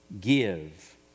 give